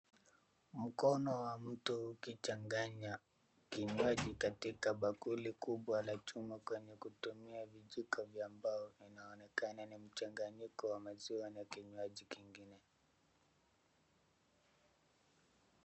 Mkono wa mtu ukichanganya kinywaji katika bakuli kubwa la chuma kwenye kutumia vijiko vya mbao. Inaonekana ni mchanganyiko wa maziwa na kinywaji kingine.